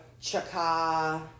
Chaka